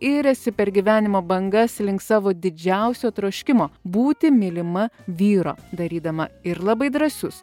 iriasi per gyvenimo bangas link savo didžiausio troškimo būti mylima vyro darydama ir labai drąsius